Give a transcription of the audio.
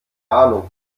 ahnung